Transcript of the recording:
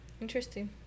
interesting